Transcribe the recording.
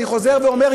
אני חוזר ואומר,